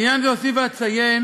לעניין זה אוסיף ואציין